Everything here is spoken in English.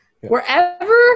Wherever